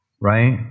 right